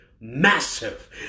massive